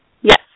Yes